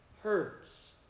hurts